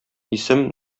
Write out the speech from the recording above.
исем